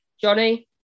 Johnny